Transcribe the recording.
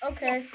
Okay